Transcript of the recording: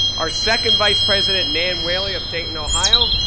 our secocnd vice president, nan whaley of dayton, ohio,